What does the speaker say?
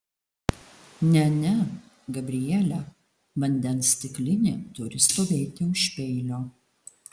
ne ne gabriele vandens stiklinė turi stovėti už peilio